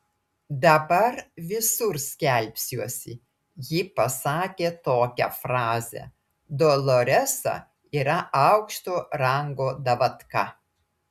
dabar visur skelbsiuosi ji pasakė tokią frazę doloresa yra aukšto rango davatka